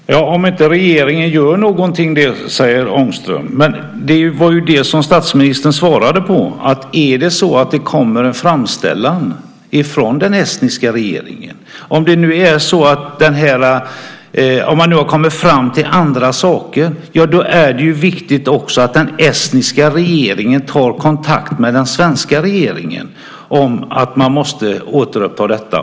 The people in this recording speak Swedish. Fru talman! Om inte regeringen gör någonting, säger Ångström. Men det var ju det som statsministern svarade på. Om det kommer en framställan från den estniska regeringen och om man nu har kommit fram till andra saker så är det viktigt att den estniska regeringen tar kontakt med den svenska regeringen om att man måste återuppta detta.